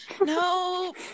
No